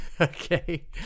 okay